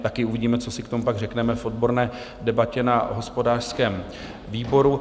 Taky uvidíme, co si k tomu pak řekneme v odborné debatě na hospodářském výboru.